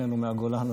שנינו מהגולן,